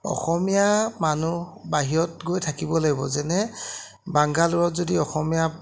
অসমীয়া মানুহ বাহিৰত গৈ থাকিব লাগিব যেনে বাংগালোৰত যদি অসমীয়া